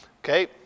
okay